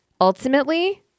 ultimately